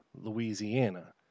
Louisiana